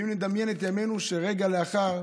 אם נדמיין עד ימינו שרגע לאחר